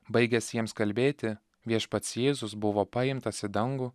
baigęs jiems kalbėti viešpats jėzus buvo paimtas į dangų